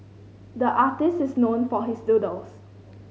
the artist is known for his doodles